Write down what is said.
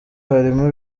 harimo